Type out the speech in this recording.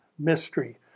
mystery